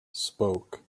spoke